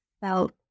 felt